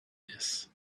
this